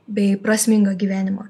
bei prasmingą gyvenimą